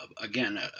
again